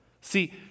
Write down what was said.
See